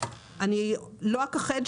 אני לא אכחד,